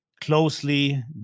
closely